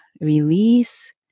release